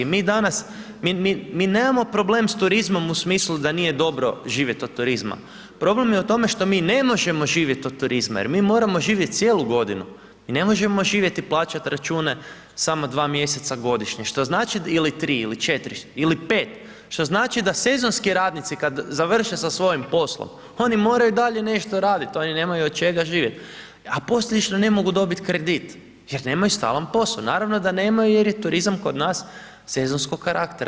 Mi danas, mi nemamo problem s turizmom u smislu da nije dobro živjeti od turizma, problem je u tome što mi ne možemo živjeti od turizma jer mi moramo živjeti cijelu godinu, mi ne možemo živjeti i plaćati račune samo 2 mjeseca godine, što znači ili 3 ili 4 ili 5, što znači da sezonski radnici kad završe sa svojim poslom oni moraju i dalje nešto raditi, oni nemaju od čega živjeti, a posljedično ne mogu dobiti kredit jer nemaju stalan posao, naravno da nemaju jer je turizam kod nas sezonskog karaktera.